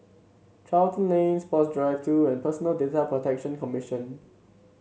Charlton Lane Sports Drive Two and Personal Data Protection Commission